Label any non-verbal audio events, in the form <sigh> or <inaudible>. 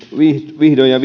vihdoin ja <unintelligible>